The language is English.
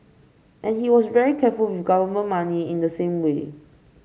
and he was very careful with government money in the same way